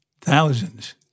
Thousands